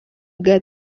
bwa